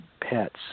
pets